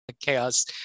chaos